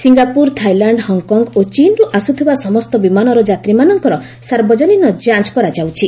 Singapore Thailand Hong Kong ଓ ଚୀନରୁ ଆସୁଥିବା ସମସ୍ତ ବିମାନର ଯାତ୍ରୀମାନଙ୍କର ସାର୍ବଜନୀନ ଯାଞ୍ଚ କରାଯାଉଛି